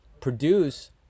produce